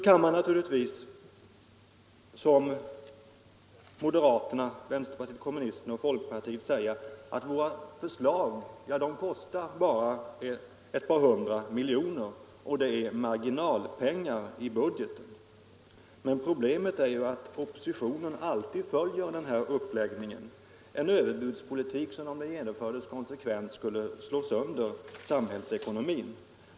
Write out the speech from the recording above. Man kan naturligtvis säga som moderaterna, vänsterpartiet kommunisterna och folkpartiet, att deras förslag kostar bara ett par hundra miljoner, och det är marginalpengar i budgeten. Men problemet är ju att oppositionen alltid följer den här uppläggningen. En överbudspolitik skulle slå sönder samhällets ekonomi.